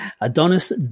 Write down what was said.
Adonis